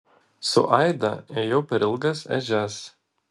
su aida ėjau per ilgas ežias